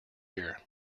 here